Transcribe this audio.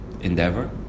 endeavor